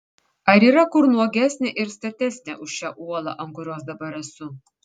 ar yra kur nuogesnė ir statesnė už šią uolą ant kurios dabar esu